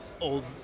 old